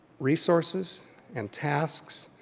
resources and tasks